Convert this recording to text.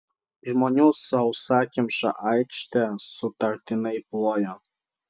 žmonių sausakimša aikštė sutartinai plojo